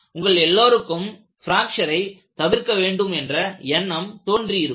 உங்கள் எல்லோருக்கும் ப்ராக்ச்சரை தவிர்க்க வேண்டும் என்ற எண்ணம் தோன்றி இருக்கும்